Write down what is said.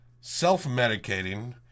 self-medicating